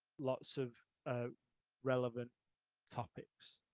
lots of relevant topics,